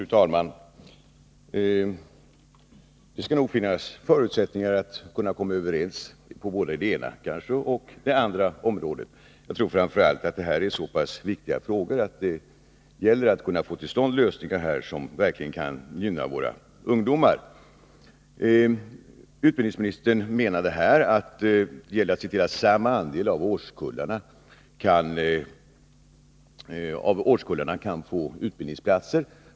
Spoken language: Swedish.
Fru talman! Det skall nog finnas förutsättningar att komma överens på både det ena och det andra området. Jag tror framför allt att detta är så pass viktiga frågor att det gäller att kunna få till stånd lösningar som verkligen kan gynna våra ungdomar. Utbildningsministern menade att det gällde att se till att samma andel av årskullarna kan få utbildningsplatser.